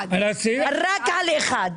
(א1).